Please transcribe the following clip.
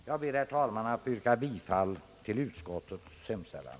Jag ber, herr talman, att få yrka bifall till utskottets hemställan.